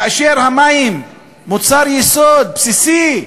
מכיוון שהמים הם מוצר יסוד, בסיסי,